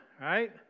right